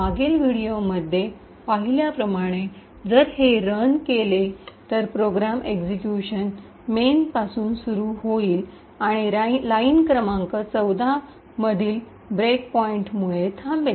मागील व्हिडिओमध्ये पाहिल्याप्रमाणे जर हे रन केले तर प्रोग्रॅम एक्शिक्यूशन मेन पासून सुरू होईल आणि लाइन क्रमांक १४ मधील ब्रेक पॉईंटमुळे थांबेल